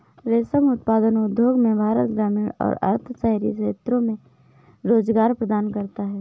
रेशम उत्पादन उद्योग भारत में ग्रामीण और अर्ध शहरी क्षेत्रों में रोजगार प्रदान करता है